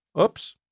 oops